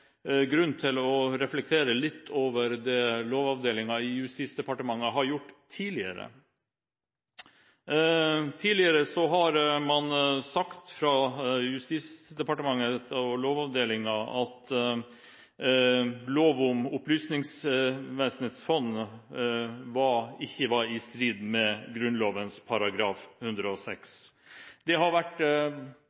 grunn til å reflektere litt over det Lovavdelingen i Justisdepartementet har gjort tidligere. Tidligere har man fra Justisdepartementet og Lovavdelingen sagt at lov om Opplysningsvesenets fond ikke var i strid med Grunnloven § 106.